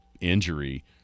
injury